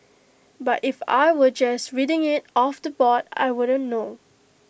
but if I were just reading IT off the board I wouldn't know